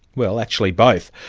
well, actually both.